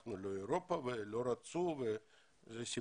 אנחנו לא אירופה ולא רצו בנו,